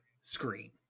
screen